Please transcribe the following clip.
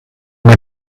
mit